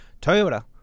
Toyota